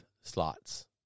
slots